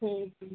ହୁଁ